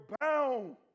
bound